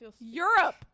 Europe